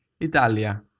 Italia